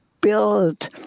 build